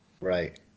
right